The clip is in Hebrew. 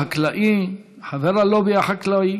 הצעת החוק תועבר לוועדת החוקה,